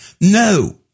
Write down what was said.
No